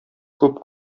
күп